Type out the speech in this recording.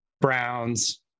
Browns